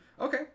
Okay